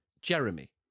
Jeremy